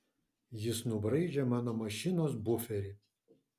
jis nubraižė mano mašinos buferį